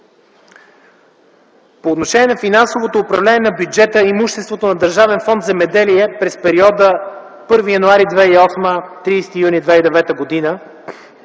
По отношение на финансовото управление на бюджета и имуществото на Държавен фонд „Земеделие” през периода от 1 януари 2008 г. – 30 юни 2009 г.